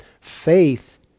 Faith